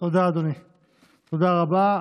תודה רבה,